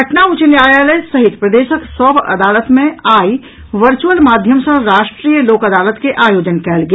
पटना उच्च न्यायालय सहित प्रदेशक सभ अदालत मे आई वर्चुअल माध्यम सँ राष्ट्रीय लोक अदालत के आयोजन कयल गेल